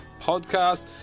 podcast